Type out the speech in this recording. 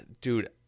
dude